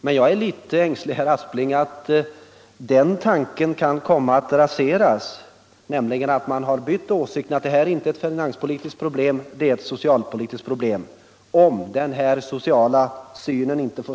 Men jag är, herr Aspling, litet ängslig för att denna tanke kan komma att raseras, om denna sociala syn inte får slå igenom i någon form av handlingskraft. Man har ju ändrat åsikt här genom att säga att detta inte är ett finanspolitiskt problem utan ett socialpolitiskt sådant.